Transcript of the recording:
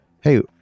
Hey